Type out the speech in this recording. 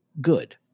good